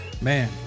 man